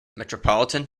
metropolitan